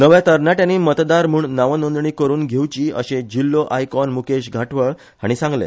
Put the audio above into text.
नव्या तरनाट्यांनी मतदार म्हूण नावनोदणी करून घेवची अशे जिल्हो आयकोन मुकेश घाटवळ हाणी सागंले